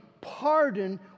pardon